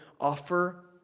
offer